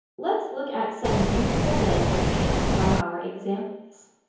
let's look at some useful language from our examples